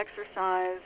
exercise